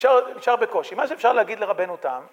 נשאר בקושי. מה שאפשר להגיד לרבנו תם